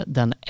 den